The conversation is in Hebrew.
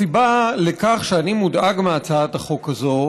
הסיבה לכך שאני מודאג מהצעת החוק הזו